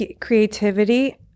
creativity